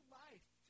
life